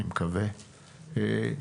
אני מקווה,